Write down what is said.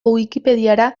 wikipediara